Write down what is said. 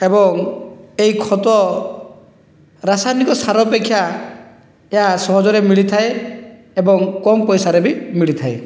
ଏବଂ ଏହି ଖତ ରାସାୟନିକ ସାର ଅପେକ୍ଷା ଏହା ସହଜରେ ମିଳିଥାଏ ଏବଂ କମ୍ ପଇସାରେ ବି ମିଳିଥାଏ